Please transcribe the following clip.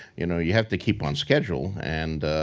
you know you have to keep on schedule and